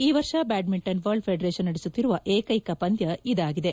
ಈ ವರ್ಷ badminton world federation ನಡೆಸುತ್ತಿರುವ ಏಕೈಕ ಪಂದ್ಯ ಇದಾಗಿದೆ